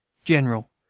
general,